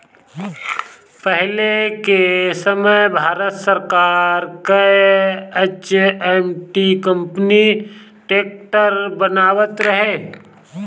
पहिले के समय भारत सरकार कअ एच.एम.टी कंपनी ट्रैक्टर बनावत रहे